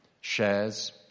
shares